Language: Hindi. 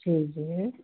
जी जी